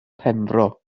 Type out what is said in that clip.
penfro